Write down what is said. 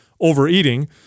overeating